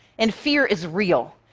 and fear is real.